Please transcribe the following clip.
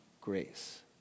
grace